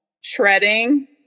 Shredding